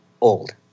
old